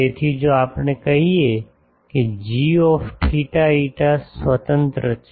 તેથી જો આપણે કહીએ કે g θ φ સ્વતંત્ર છે